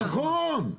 נכון,